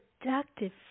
productive